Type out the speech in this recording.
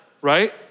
right